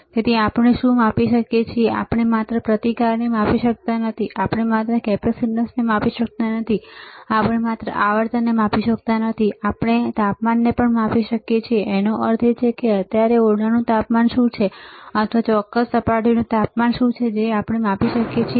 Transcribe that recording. તેથી આપણે શું માપી શકીએ છીએ આપણે માત્ર પ્રતિકારને માપી શકતા નથી આપણે માત્ર કેપેસીટન્સને માપી શકતા નથી આપણે માત્ર આવર્તનને માપી શકતા નથી આપણે તાપમાનને પણ માપી શકીએ છીએતેનો અર્થ એ છે કે અત્યારે ઓરડાનું તાપમાન શું છે અથવા ચોક્કસ સપાટીનું તાપમાન શું છે જેને આપણે માપી શકીએ છીએ